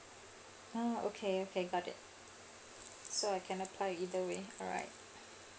ah okay okay got it so I can apply either way alright